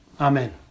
Amen